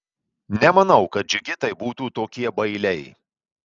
nemanau kad džigitai būtų tokie bailiai